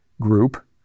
group